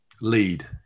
lead